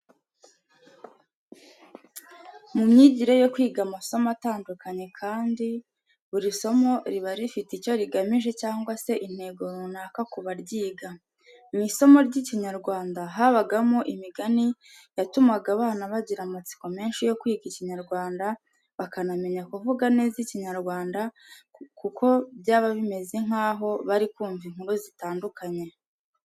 Mu myigire yo kwiga amasomo atandukanye kandi buri somo riba rifite icyo rigamije cyangwa se intego runaka kubaryiga. Mu isomo ry'ikinyarwanda habagamo imigani yatumaga abana bagira amatsiko menshi yo kwiga ikinyarwanda bakanamenya kuvuga neza ikinyarwanda kuko byaba bimeze nkaho bari kumva inkuru zitandukanye.